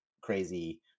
crazy